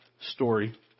story